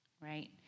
Right